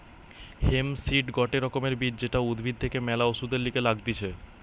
hemp seed গটে রকমের বীজ যেটা উদ্ভিদ থেকে ম্যালা ওষুধের লিগে লাগতিছে